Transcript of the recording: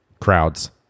crowds